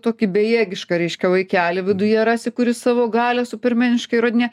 tokį bejėgišką reiškia vaikelį viduje rasi kuris savo galią supermeniškai įrodinėja